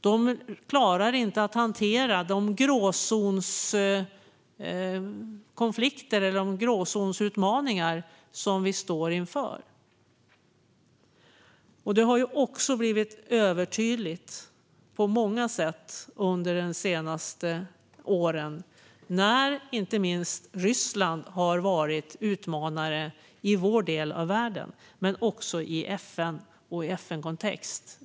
De klarar inte att hantera de gråzonskonflikter eller gråzonsutmaningar som vi står inför. Det har blivit övertydligt på många sätt under de senaste åren, då inte minst Ryssland har varit utmanare i vår del av världen men också i FN och i FN-kontext.